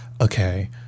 okay